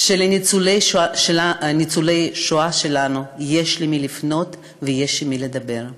שלניצולי השואה שלנו יש למי לפנות ויש עם מי לדבר.